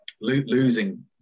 losing